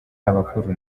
abakuru